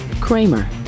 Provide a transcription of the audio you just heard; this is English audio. Kramer